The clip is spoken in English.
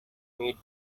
mid